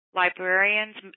librarians